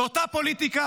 ואותה פוליטיקה,